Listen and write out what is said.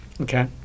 Okay